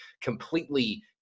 completely –